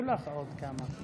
היו לך עוד כמה.